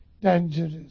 dangerous